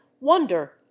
wonder